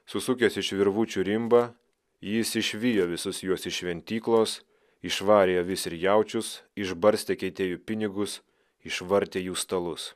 susukęs iš virvučių rimbą jis išvijo visus juos iš šventyklos išvarė avis ir jaučius išbarstė keitėjų pinigus išvartė jų stalus